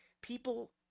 people